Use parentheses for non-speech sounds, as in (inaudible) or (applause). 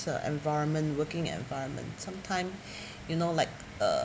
environment working environment sometime (breath) you know like uh